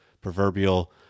proverbial